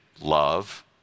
love